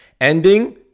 Ending